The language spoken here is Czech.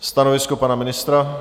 Stanovisko pana ministra?